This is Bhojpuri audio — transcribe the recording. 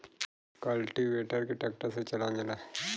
कल्टीवेटर के ट्रक्टर से चलावल जाला